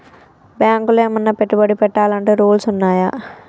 బ్యాంకులో ఏమన్నా పెట్టుబడి పెట్టాలంటే రూల్స్ ఉన్నయా?